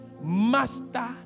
Master